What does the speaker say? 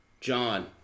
John